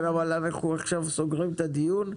עכשיו אנחנו סוגרים את הדיון.